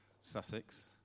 Sussex